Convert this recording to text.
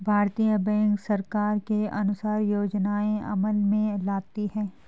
भारतीय बैंक सरकार के अनुसार योजनाएं अमल में लाती है